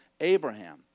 Abraham